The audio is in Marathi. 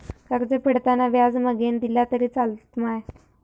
कर्ज फेडताना व्याज मगेन दिला तरी चलात मा?